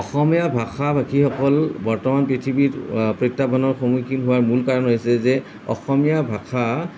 অসমীয়া ভাষা ভাষীসকল বৰ্তমান পৃথিৱীত প্ৰত্যাহ্বানৰ সন্মুখীন হোৱাৰ মূল কাৰণ হৈছে যে অসমীয়া ভাষা